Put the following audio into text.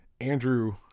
Andrew